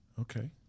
Okay